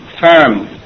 firm